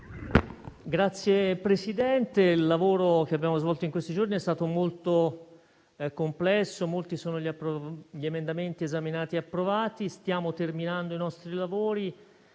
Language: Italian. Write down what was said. Signor Presidente, il lavoro che abbiamo svolto in questi giorni è stato molto complesso. Molti sono gli emendamenti esaminati e approvati. Stiamo terminando i nostri lavori;